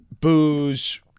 booze